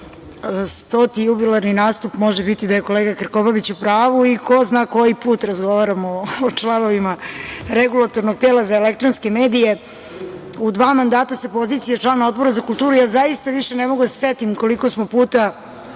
stoti jubilarni nastup može biti da je kolega Krkobabić u pravu, i ko zna koji put razgovaramo o članovima Regulatornog tela za elektronske medije, u dva mandata sa pozicije člana Odbora za kulturu, ja zaista više ne mogu da se setim koliko smo puta